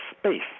space